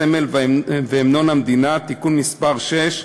הסמל והמנון המדינה (תיקון מס׳ 6),